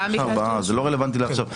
זה לא רלוונטי לעכשיו.